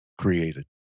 created